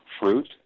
fruit